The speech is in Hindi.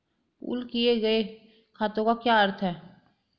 पूल किए गए खातों का क्या अर्थ है?